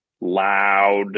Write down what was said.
loud